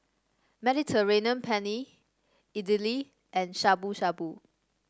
Mediterranean Penne Idili and Shabu Shabu